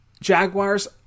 Jaguars